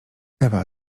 ewa